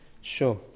Sure